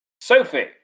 Sophie